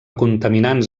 contaminants